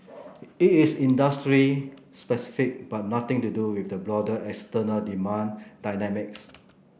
it is industry specific but nothing to do with the broader external demand dynamics